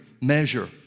measure